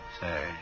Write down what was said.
Say